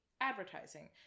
advertising